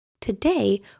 Today